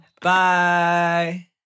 Bye